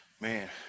man